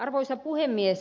arvoisa puhemies